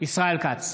ישראל כץ,